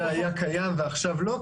זה היה קיים ועכשיו לא,